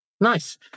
Nice